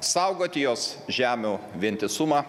saugoti jos žemių vientisumą